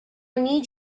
need